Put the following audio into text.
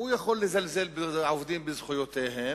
הוא יכול לזלזל בעובדים, בזכויותיהם,